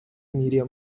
media